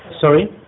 Sorry